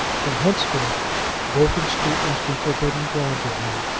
from henceforth bolton street must be forbidden ground to him,